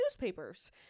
newspapers